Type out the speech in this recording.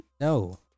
No